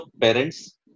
parents